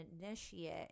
initiate